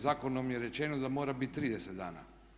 Zakonom je rečeno da mora biti 30 dana.